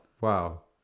wow